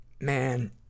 man